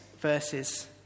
verses